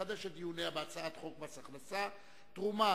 לחדש את דיוניה בהצעת חוק מס הכנסה (תרומה